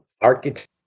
architecture